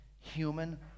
human